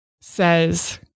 says